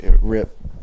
Rip